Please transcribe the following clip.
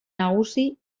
nagusi